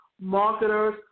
marketers